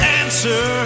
answer